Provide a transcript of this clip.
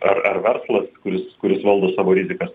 ar ar verslas kuris kuris valdo savo rizikas